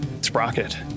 Sprocket